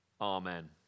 Amen